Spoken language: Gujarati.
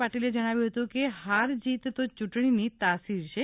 પાટિલે જણાવ્યુ હતું કે હારજીત તો ચૂંટણીની તાસીર છે